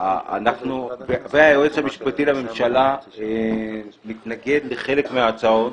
והיועץ המשפטי לממשלה מתנגד לחלק מההצעות,